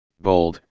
bold